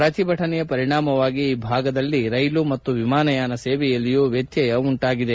ಪ್ರತಿಭಟನೆಯ ಪರಿಣಾಮವಾಗಿ ಈ ಭಾಗದಲ್ಲಿ ರೈಲು ಮತ್ತು ವಿಮಾನಯಾನ ಸೇವೆಯಲ್ಲಿಯೂ ವ್ಯತ್ಯಯ ಉಂಟಾಗಿದೆ